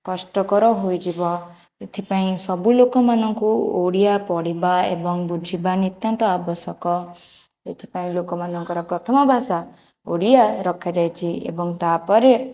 କଷ୍ଟକର ହୋଇଯିବ ସେଥିପାଇଁ ସବୁ ଲୋକମାନଙ୍କୁ ଓଡ଼ିଆ ପଢ଼ିବା ଏବଂ ବୁଝିବା ନିତ୍ୟାନ୍ତ ଆବଶ୍ୟକ ଏଥିପାଇଁ ଲୋକମାନଙ୍କର ପ୍ରଥମ ଭାଷା ଓଡ଼ିଆ ରଖାଯାଇଛି ଏବଂ ତାପରେ